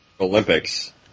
Olympics